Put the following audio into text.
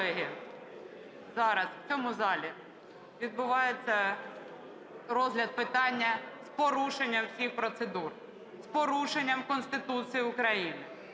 колеги, зараз в цьому залі відбувається розгляд питання з порушенням всіх процедур, з порушенням Конституції України,